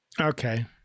Okay